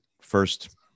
first